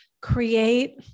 create